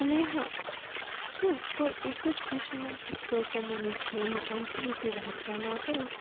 અને હા જો કોઈ એક જ વિષયનાં પુસ્તકો મને જીવનના અંત સુધી વાંચવાનાં હોય